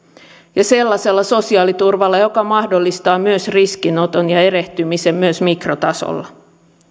ja sellaisella sosiaaliturvalla joka mahdollistaa myös riskinoton ja erehtymisen mikrotasolla